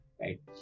right